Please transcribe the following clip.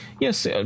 Yes